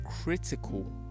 critical